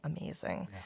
amazing